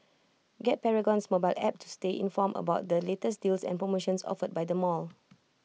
get Paragon's mobile app to stay informed about the latest deals and promotions offered by the mall